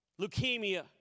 Leukemia